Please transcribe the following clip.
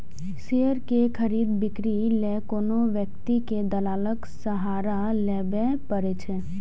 share के खरीद, बिक्री लेल कोनो व्यक्ति कें दलालक सहारा लेबैए पड़ै छै